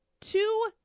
two